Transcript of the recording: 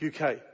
UK